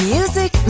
Music